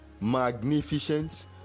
magnificent